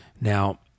Now